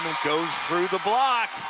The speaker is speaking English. goes through the block.